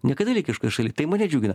ne katalikiškoj šaly tai mane džiugina